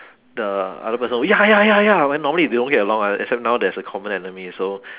the other person will ya ya ya ya normally they don't get along [one] except now there's a common enemy so